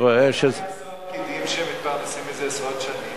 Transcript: מה יעשו הפקידים שמתפרנסים מזה עשרות שנים?